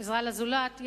ועזרה לזולת,